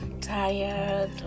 tired